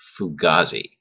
Fugazi